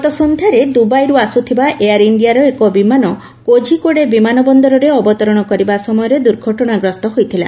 ଗତ ସନ୍ଧ୍ୟାରେ ଦୁବାଇରୁ ଆସୁଥିବା ଏୟାର ଇଣ୍ଡିଆର ଏକ ବିମାନ କୋଝିକୋଡ଼େ ବିମାନ ବନ୍ଦରରେ ଅବତରଣ କରିବା ସମୟରେ ଦୁର୍ଘଟଣାଗ୍ରସ୍ତ ହୋଇଥିଲା